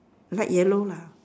light yellow lah